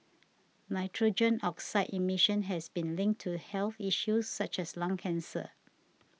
nitrogen oxide emission has been linked to health issues such as lung cancer